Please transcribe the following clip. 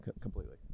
completely